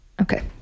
Okay